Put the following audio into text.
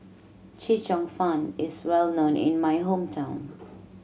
Chee Cheong Fun is well known in my hometown